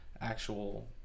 actual